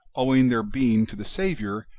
owing their being to the saviour,